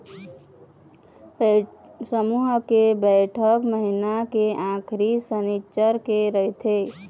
समूह के बइठक महिना के आखरी सनिच्चर के रहिथे